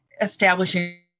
establishing